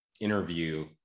interview